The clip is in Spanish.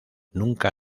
nunca